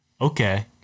Okay